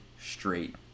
straight